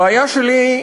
הבעיה שלי,